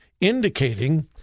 indicating